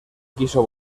quiso